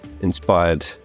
inspired